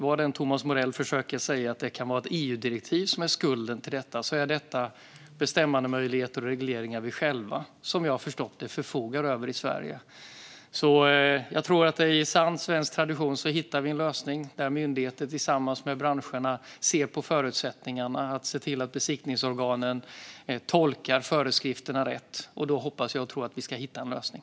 Vad Thomas Morell än försöker säga om att ett EU-direktiv är skulden handlar detta om bestämmandemöjligheter och regleringar som vi själva, som jag har förstått det, förfogar över i Sverige. Jag tror alltså att vi i sann svensk tradition kommer att hitta en lösning genom att myndigheter tillsammans med branscherna ser på förutsättningarna för besiktningsorganen att tolka föreskrifterna rätt. Då hoppas och tror jag att vi ska hitta en lösning.